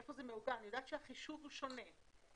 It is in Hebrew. אני יודעת שהחישוב הוא שונה.